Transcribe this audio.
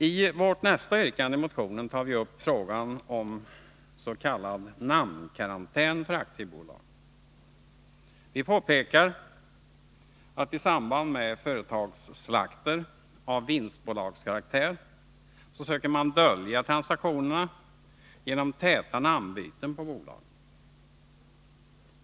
I vårt nästa yrkande i motionen tar vi upp frågan om s.k. namnkarantän för aktiebolag. Vi påpekar att man i samband med ”slakter” av företag av vinstbolagskaraktär söker dölja transaktionerna genom täta namnbyten på bolagen.